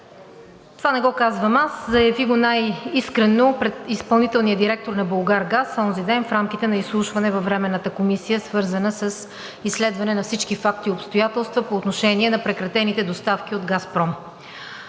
Това не го казвам аз. Заяви го най-искрено изпълнителният директор на „Булгаргаз“ онзиден в рамките на изслушване във Временната комисия, свързана с изследване на всички факти и обстоятелства по отношение на прекратените доставки от „Газпром“.